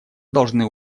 должны